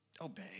obey